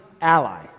ally